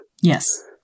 Yes